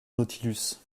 nautilus